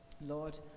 Lord